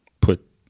put